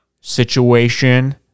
situation